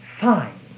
fine